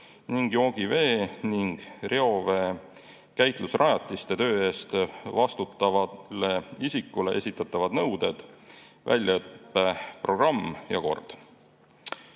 ning joogivee‑ ja reoveekäitlusrajatiste töö eest vastutavale isikule esitatavad nõuded, väljaõppe programm ja kord.